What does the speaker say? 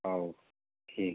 ହଉ ଠିକ୍ ଅଛି